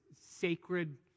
sacred